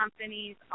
companies